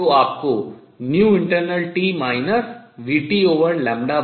तो आपको internalt vtwave clockt मिलता है